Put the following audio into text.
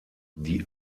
die